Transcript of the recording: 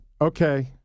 okay